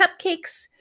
Cupcakes